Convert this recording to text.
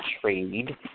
trade